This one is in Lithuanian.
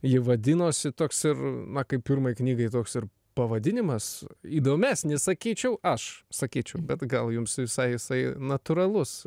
ji vadinosi toks ir na kaip pirmai knygai toks ir pavadinimas įdomesnis sakyčiau aš sakyčiau bet gal jums visai jisai natūralus